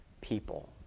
people